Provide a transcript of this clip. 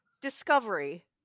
discovery